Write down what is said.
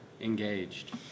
engaged